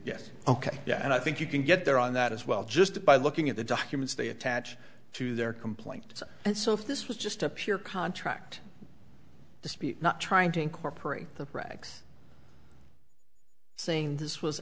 yes ok yeah and i think you can get there on that as well just by looking at the documents they attach to their complaint and so if this was just a pure contract dispute not trying to incorporate the braggs saying this was